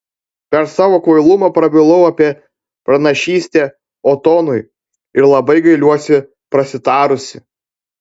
per savo kvailumą prabilau apie pranašystę otonui ir labai gailiuosi prasitarusi